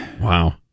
Wow